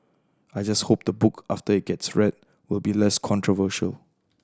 I just hope the book after it gets read will be less controversial